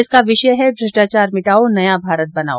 इसका विषय है भ्रष्टाचार मिटाओ नया भारत बनाओ